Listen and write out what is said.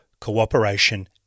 cooperation